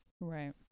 Right